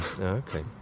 okay